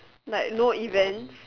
like no events